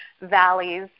valleys